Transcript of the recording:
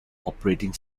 operating